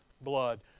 blood